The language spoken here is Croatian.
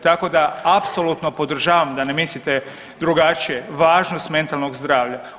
Tako da apsolutno podržavam, da ne mislite drugačije, važnost mentalnog zdravlja.